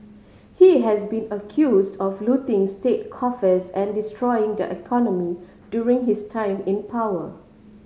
he has been accuse of looting state coffers and destroying the economy during his time in power